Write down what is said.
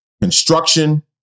construction